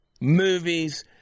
movies